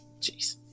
Jeez